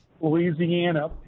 Louisiana